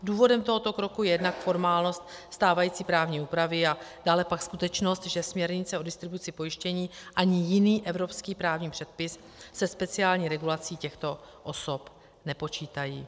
Důvodem tohoto kroku je jednak formálnost stávající právní úpravy a dále pak skutečnost, že směrnice o distribuci pojištění ani jiný evropský právní předpis se speciální regulací těchto osob nepočítají.